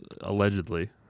allegedly